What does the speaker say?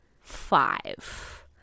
five